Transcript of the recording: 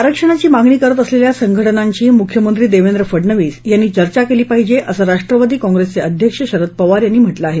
आरक्षणाची मागणी करत असलेल्या संघटनांशी मुख्यमंत्री देवेंद्र फडनवीस यांनी चर्चा केली पाहिजे असं राष्ट्रवादी काँप्रेसचे अध्यक्ष शरद पवार यांनी म्हटलं आहे